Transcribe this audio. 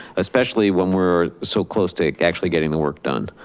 especially when we're so close to actually getting the work done.